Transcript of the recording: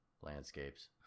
landscapes